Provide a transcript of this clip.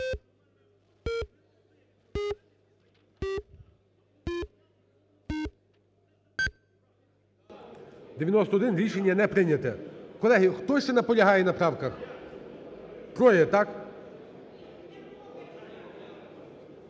91. Рішення не прийняте. Колеги, хто ще наполягає на правках? Троє, так?